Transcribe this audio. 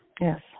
Yes